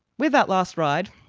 with that last ride,